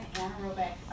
anaerobic